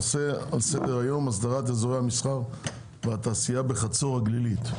הנושא על סדר-היום: הסדרת אזורי המסחר והתעשייה בחצור הגלילית.